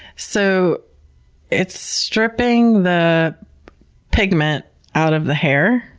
so it's stripping the pigment out of the hair.